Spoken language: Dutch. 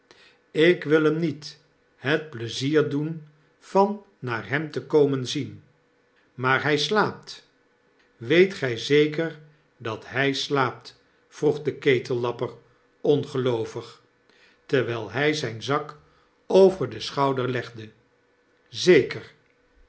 k wil hem niet het pieizier doen van naar hem te komen zien maar hy slaapt weet g-jj zeker dat hy slaapt vroegde ketellapper ongeloovig terwyl hy zyn zak over den schouder legde zeker